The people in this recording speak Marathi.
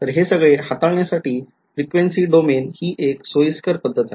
तर हे सगळे हाताळण्यासाठी frequency डोमेन हि एक सोयीस्कर पद्धत आहे